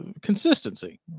consistency